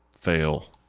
Fail